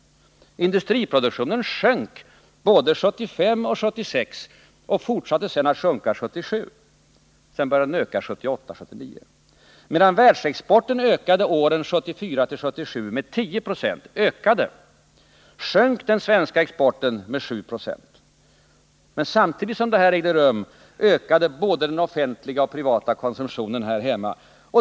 Industriproduktionen sjönk både 1975 och 1976 och fortsatte sedan att sjunka 1977. Därefter började den öka 1978 och 1979. Medan världsexporten ökade åren 1974-1977 med 10 26, sjönk den svenska exporten med 7 90. Samtidigit som detta ägde rum ökade både den offentliga och den privata konsumtionen här hemma.